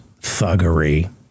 Thuggery